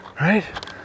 Right